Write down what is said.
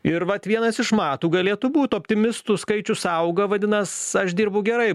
ir vat vienas iš matų galėtų būt optimistų skaičius auga vadinas aš dirbu gerai